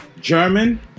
German